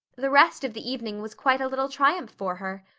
the rest of the evening was quite a little triumph for her.